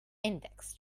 index